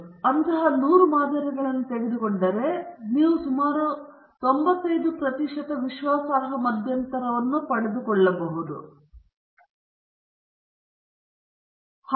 ನೀವು ಅಂತಹ 100 ಮಾದರಿಗಳನ್ನು ತೆಗೆದುಕೊಂಡರೆ ನೀವು ಸುಮಾರು 95 ಪ್ರತಿಶತ ವಿಶ್ವಾಸಾರ್ಹ ಮಧ್ಯಂತರವನ್ನು ಮಾತನಾಡುತ್ತಿದ್ದರೆ ಈ ಅರ್ಥದಲ್ಲಿ ಈ 100 ಮಾದರಿಗಳಲ್ಲಿ 95 ಪ್ರತಿಶತ ಅಥವಾ 95 ಮಾದರಿಗಳು ಜನಸಂಖ್ಯೆಗೆ ಮೀ